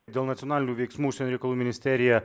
dėl nacionalinių veiksmų užsienio reikalų ministerija